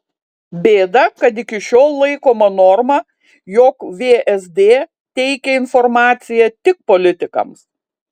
bėda kad iki šiol laikoma norma jog vsd teikia informaciją tik politikams